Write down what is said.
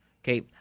okay